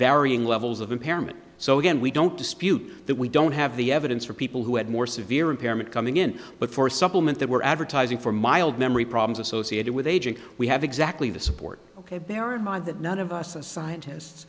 varying levels of impairment so again we don't dispute that we don't have the evidence for people who had more severe impairment coming in but for supplement that were advertising for mild memory problems associated with aging we have exactly the support ok bear in mind that none of us as scientist